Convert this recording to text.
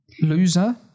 Loser